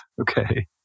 okay